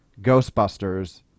Ghostbusters